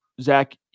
Zach